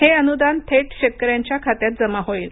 हे अनुदान थेट शेतकऱ्यांच्या खात्यात जमा होईल